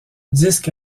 disque